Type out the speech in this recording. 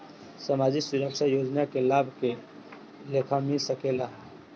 सामाजिक सुरक्षा योजना के लाभ के लेखा मिल सके ला?